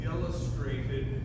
illustrated